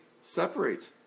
separate